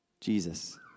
Jesus